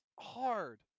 hard